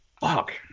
Fuck